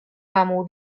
mamu